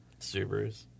Subarus